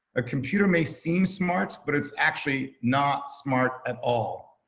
a computer may seem smart, but it's actually not smart at all.